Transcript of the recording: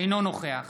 אינו נוכח